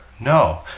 No